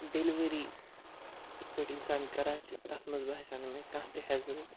delivery یِتھ پٲٹھۍ اِنسان کَران چھِ تَتھ منٛز باسیٛو نہٕ مےٚ کانٛہہ تہِ ہٮ۪زٕل